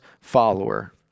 follower